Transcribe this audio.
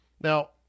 Now